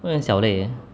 会很小累 eh